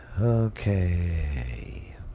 Okay